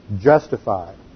justified